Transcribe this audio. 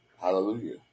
Hallelujah